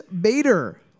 Bader